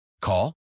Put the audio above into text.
Call